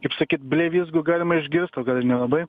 kaip sakyt blevyzgų galima išgirst o gal ir nelabai